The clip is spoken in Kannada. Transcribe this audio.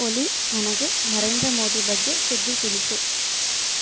ಒಲಿ ನನಗೆ ನರೇಂದ್ರ ಮೋದಿ ಬಗ್ಗೆ ಸುದ್ದಿ ತಿಳಿಸು